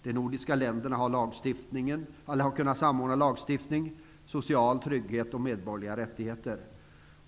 De nordiska länderna har kunnat samordna lagstiftning, social trygghet och medborgerliga rättigheter.